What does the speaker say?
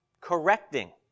Correcting